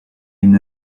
une